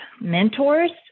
mentors